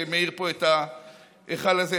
שמאיר פה את ההיכל הזה,